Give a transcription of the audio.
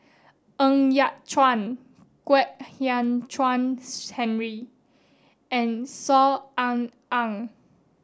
Ng Yat Chuan Kwek Hian Chuan Henry and Saw Ean Ang